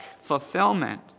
fulfillment